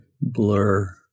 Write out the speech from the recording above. blur